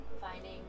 finding